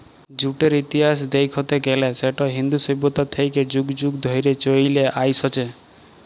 জুটের ইতিহাস দ্যাইখতে গ্যালে সেট ইন্দু সইভ্যতা থ্যাইকে যুগ যুগ ধইরে চইলে আইসছে